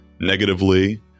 negatively